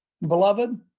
Beloved